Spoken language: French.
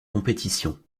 compétition